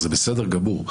זה בסדר גמור.